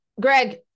Greg